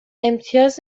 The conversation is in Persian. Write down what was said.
امتیاز